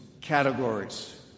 categories